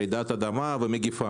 רעידת אדמה ומגפה,